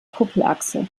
kuppelachse